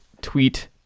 tweet